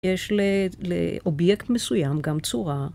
יש לאובייקט מסוים גם צורה.